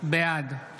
בעד